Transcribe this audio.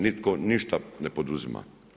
Nitko ništa ne poduzima.